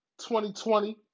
2020